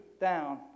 down